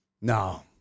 No